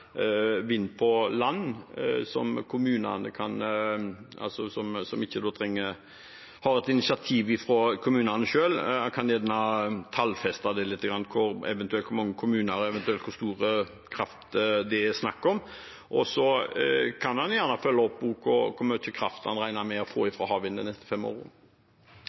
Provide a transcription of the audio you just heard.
som kan være et initiativ fra kommunene selv. Han kan gjerne tallfeste det litt, eventuelt hvor mange kommuner og eventuelt hvor mye kraft det er snakk om. Og så kan han gjerne følge opp hvor mye kraft han regner med fra havvind de neste fem årene.